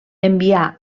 envià